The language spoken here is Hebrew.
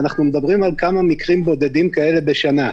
אנחנו מדברים על כמה מקרים בודדים כאלה בשנה.